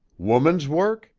woman's work?